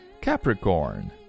Capricorn